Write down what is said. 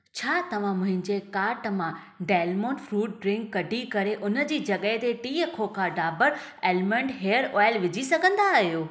छा तव्हां मुंहिंजे कार्ट मां डेलमोंट फ्रूट ड्रिंक कढी करे उन जी जॻहि ते टीह खोखा डाबर आलमंड हेयर ऑइल विझी सघंदा आहियो